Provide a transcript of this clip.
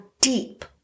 deep